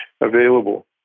available